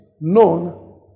known